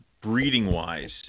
breeding-wise